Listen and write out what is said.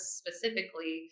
specifically